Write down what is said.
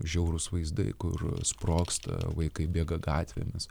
žiaurūs vaizdai kur sprogsta vaikai bėga gatvėmis